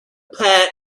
pat